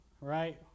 right